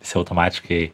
visi automatiškai